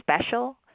special